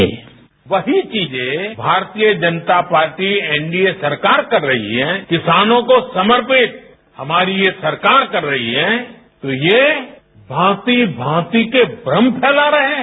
sound bite वही चीजें Bharatiya Janata party NDA सरकार कर रही है किसानों को समर्पित हमारी ये सरकार कर रही है तो ये भांति भांति के भ्रम फैला रहे हैं